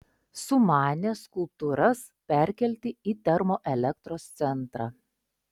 sumanė skulptūras perkelti į termoelektros centrą